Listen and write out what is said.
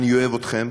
אני אוהב אתכם,